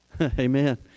amen